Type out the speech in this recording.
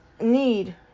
need